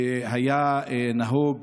והיה נהוג